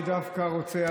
אני דווקא רוצה,